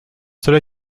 cela